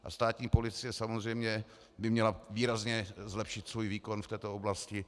A státní policie samozřejmě by měla výrazně zlepšit svůj výkon v této oblasti.